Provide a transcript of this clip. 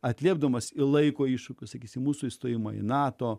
atliepdamas į laiko iššūkius sakysime mūsų įstojimą į nato